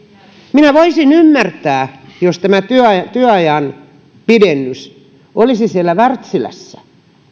minä voisin ymmärtää jos tämä työajan työajan pidennys olisi siellä wärtsilässä